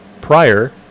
prior